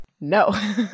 no